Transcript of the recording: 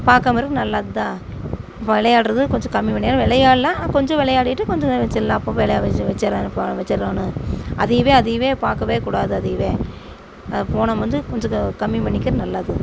பார்க்காம இருக்கிறது நல்லது தான் விளையாட்றது கொஞ்சம் கம்மி பண்ணி ஆனால் விளையாட்லாம் கொஞ்சம் விளையாடிட்டு கொஞ்சம் நேரம் வச்சிடலாம் அப்போ அப்போ வச்சிடணும் அதையவே அதையவே பார்க்கவே கூடாது அதையவே ஃபோனை வந்து கொஞ்சம் கம்மி பண்ணிக்கிறது நல்லது